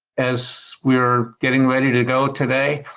as were getting ready to go today,